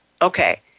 Okay